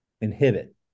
inhibit